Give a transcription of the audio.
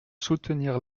soutenir